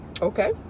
okay